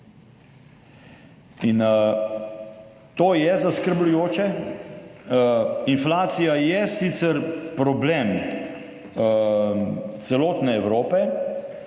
%. To je zaskrbljujoče. Inflacija je sicer problem celotne Evrope,